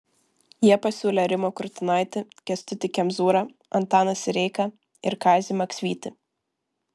jie pasiūlė rimą kurtinaitį kęstutį kemzūrą antaną sireiką ir kazį maksvytį